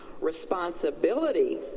responsibility